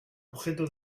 objeto